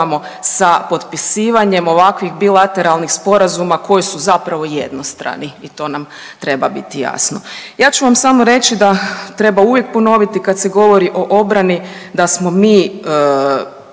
sa potpisivanjem ovakvih bilateralnih sporazuma koji su zapravo jednostrani i to nam treba biti jasno. Ja ću vam samo reći da treba uvijek ponoviti, kad se govori o obrani, da smo mi